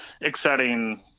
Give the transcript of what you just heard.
exciting